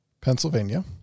Pennsylvania